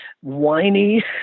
whiny